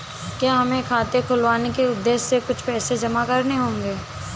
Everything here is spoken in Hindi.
क्या हमें खाता खुलवाने के उद्देश्य से कुछ पैसे जमा करने होंगे?